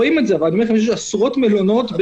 הדברים שאתם רואים באילת ובים המלח זה לא רוב המלונות בארץ.